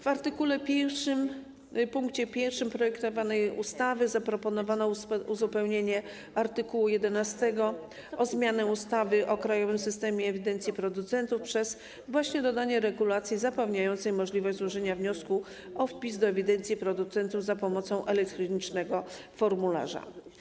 W art. 1 pkt 1 projektowanej ustawy zaproponowano uzupełnienie art. 11 o zmianę ustawy o krajowym systemie ewidencji producentów przez dodanie regulacji zapewniającej możliwość złożenia wniosku o wpis do ewidencji producentów za pomocą elektronicznego formularza.